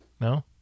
No